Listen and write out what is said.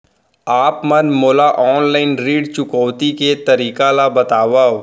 आप मन मोला ऑनलाइन ऋण चुकौती के तरीका ल बतावव?